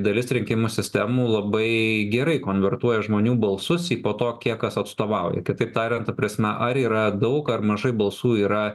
dalis rinkimų sistemų labai gerai konvertuoja žmonių balsus į po to kiek kas atstovauja kitaip tariant ta prasme ar yra daug ar mažai balsų yra